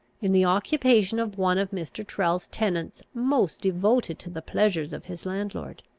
in the occupation of one of mr. tyrrel's tenants most devoted to the pleasures of his landlord.